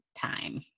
time